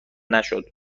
نشد